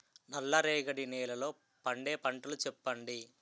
నల్ల రేగడి నెలలో పండే పంటలు చెప్పండి?